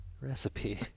Recipe